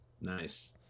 Nice